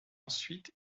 ensuite